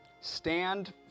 Stand